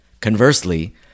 Conversely